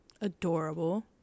Adorable